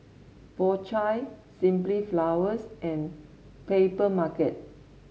Po Chai Simply Flowers and Papermarket